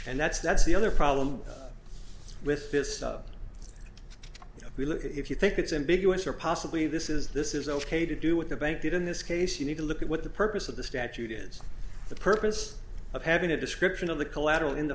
and that's that's the other problem with this if we look at if you think it's ambiguous or possibly this is this is ok to do with the bank that in this case you need to look at what the purpose of the statute is the purpose of having a description of the collateral in the